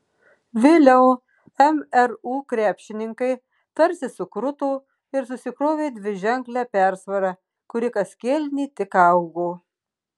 vėliau mru krepšininkai tarsi sukruto ir susikrovė dviženklę persvarą kuri kas kėlinį tik augo